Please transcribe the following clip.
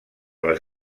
les